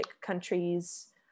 countries